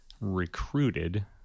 recruited